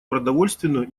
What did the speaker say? продовольственную